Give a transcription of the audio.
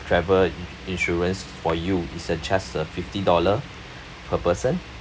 travel insu~ insurance for you it's uh just uh fifty dollar per person